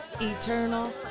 eternal